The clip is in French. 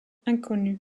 inconnu